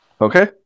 Okay